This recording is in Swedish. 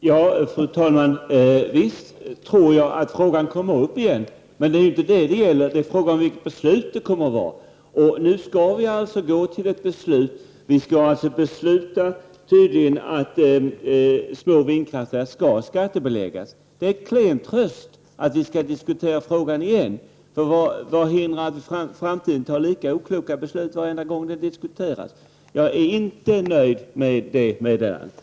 Fru talman! Jag tror visst att frågan om vindkraften kommer upp igen. Men det gäller inte detta. Det är fråga om vilket beslut som kommer att fattas. Nu skall vi gå till beslut, och tydligen skall vi besluta att små vindkraftverk skall skattebeläggas. Det är en klen tröst att vi skall diskutera frågan igen. Vad hindrar att riksdagen i framtiden fattar lika okloka beslut varje gång frågan diskuteras? Jag är inte nöjd med detta meddelande.